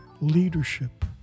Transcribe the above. leadership